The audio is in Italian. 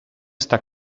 sta